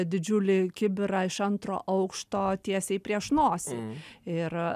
didžiulį kibirą iš antro aukšto tiesiai prieš nosį ir